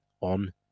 on